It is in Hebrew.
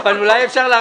אבל אולי אפשר להחזיר.